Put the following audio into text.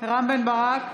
רם בן ברק,